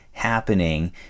happening